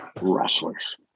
wrestlers